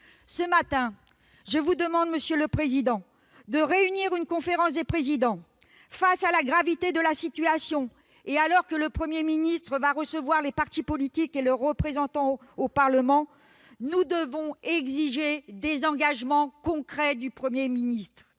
Ce matin, je vous demande, monsieur le président, de réunir une conférence des présidents. Face à la gravité de la situation, et alors que le Premier ministre va recevoir les partis politiques et leurs représentants au Parlement, nous devons exiger de sa part des engagements concrets. C'est une